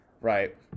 Right